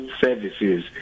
services